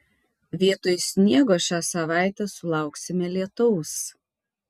vietoj sniego šią savaitę sulauksime lietaus